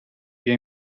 via